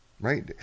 Right